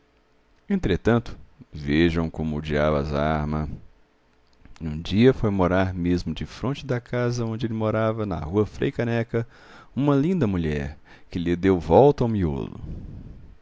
entretanto vejam como o diabo as arma um dia foi morar mesmo defronte da casa onde ele morava na rua frei caneca uma linda mulher que lhe deu volta ao miolo